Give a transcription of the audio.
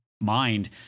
mind